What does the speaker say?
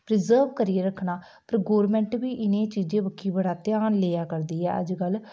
preserve करियै रक्खना पर गौरमेंट बी इनें चीजें बक्खी बी बड़ा ध्यान लेआ करा दी ऐ अज्जकल